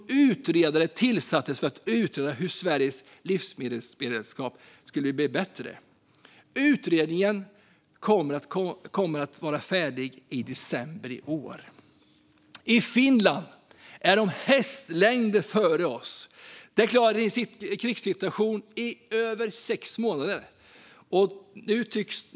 Då tillsattes en utredare för att utreda hur Sveriges livsmedelsberedskap skulle bli bättre. Utredningen kommer att vara färdig i december i år. I Finland är de hästlängder före oss. Där klarar de en krigssituation i över sex månader.